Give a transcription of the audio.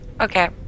Okay